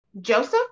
Joseph